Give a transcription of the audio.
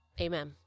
amen